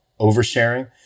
oversharing